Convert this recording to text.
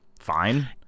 fine